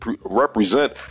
represent